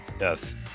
Yes